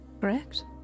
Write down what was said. Correct